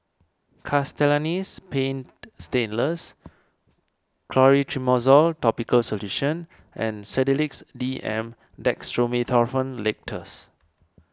Castellani's Paint Stainless Clotrimozole Topical Solution and Sedilix D M Dextromethorphan Linctus